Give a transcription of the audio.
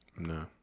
No